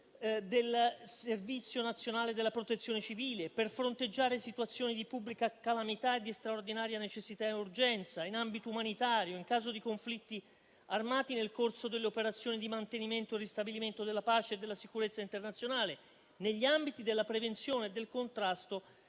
del servizio nazionale della Protezione civile per fronteggiare situazioni di pubblica calamità e di straordinaria necessità e urgenza; in ambito umanitario, in caso di conflitti armati, nel corso delle operazioni di mantenimento e ristabilimento della pace e della sicurezza internazionale; negli ambiti della prevenzione e del contrasto